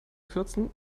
kürzen